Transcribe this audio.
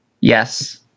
Yes